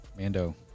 Mando